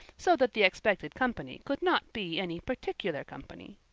so that the expected company could not be any particular company.